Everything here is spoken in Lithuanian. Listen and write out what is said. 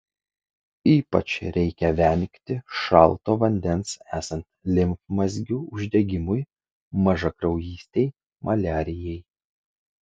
ypač reikia vengti šalto vandens esant limfmazgių uždegimui mažakraujystei maliarijai